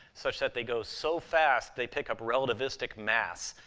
such that they go so fast, they pick up relativistic mass,